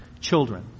children